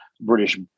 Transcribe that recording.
British